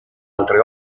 altre